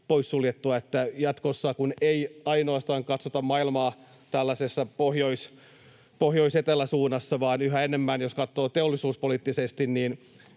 poissuljettua, että jatkossa, kun ei katsota maailmaa ainoastaan tällaisessa pohjois—etelä-suunnassa, vaan jos yhä enemmän katsotaan teollisuuspoliittisesti,